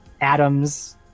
atoms